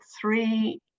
three